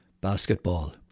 Basketball